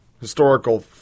historical